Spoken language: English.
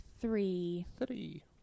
three